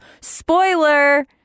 spoiler